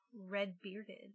red-bearded